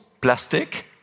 plastic